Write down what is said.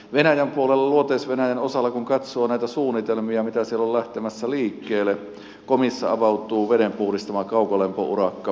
venäjän puolella luoteis venäjän osalla kun katsoo näitä suunnitelmia mitä siellä on lähtemässä liikkeelle komissa avautuu vedenpuhdistamo kaukolämpöurakka murmanskissa